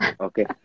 Okay